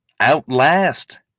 outlast